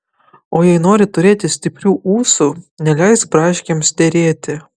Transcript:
o jei nori turėti stiprių ūsų neleisk braškėms derėti